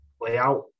layout